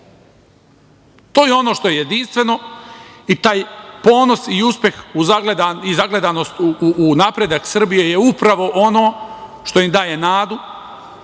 To je ono što je jedinstveno i taj ponos i uspeh i zagledanost u napredak Srbije je upravo ono što im daje nadu